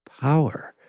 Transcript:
power